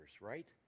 right